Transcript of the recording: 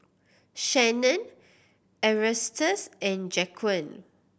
Shanon Erastus and Jaquan